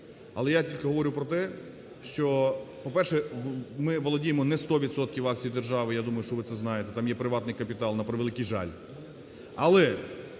Але я тільки говорю про те, що… По-перше, ми володіємо не 100 відсотками акцій держави, я думаю, що ви це знаєте, там є приватний капітал, на превеликий жаль.